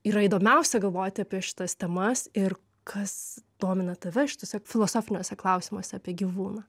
yra įdomiausia galvoti apie šitas temas ir kas domina tave šituose filosofiniuose klausimuose apie gyvūną